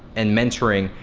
and mentoring,